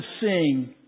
sing